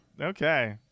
okay